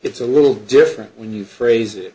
it's a little different when you phrase it